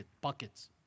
buckets